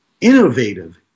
innovative